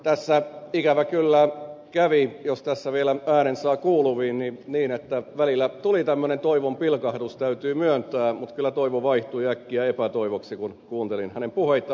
tässä ikävä kyllä kävi jos tässä vielä äänen saa kuuluviin niin että välillä tuli tämmöinen toivon pilkahdus täytyy myöntää mutta kyllä toivo vaihtui äkkiä epätoivoksi kun kuuntelin hänen puheitaan